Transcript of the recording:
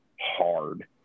hard